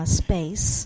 space